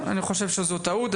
אני חושב שזו טעות.